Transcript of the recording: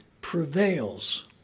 prevails